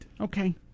Okay